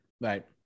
right